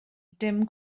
dim